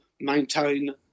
maintain